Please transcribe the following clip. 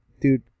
dude